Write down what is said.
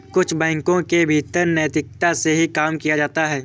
कुछ बैंकों के भीतर नैतिकता से ही काम किया जाता है